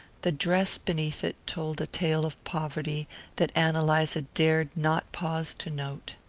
the dress beneath it told a tale of poverty that ann eliza dared not pause to note.